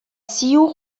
ziur